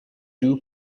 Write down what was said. dew